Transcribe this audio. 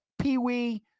Pee-wee